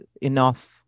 enough